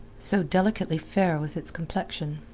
so delicately fair was its complexion.